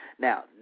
Now